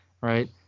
right